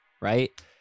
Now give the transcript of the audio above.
right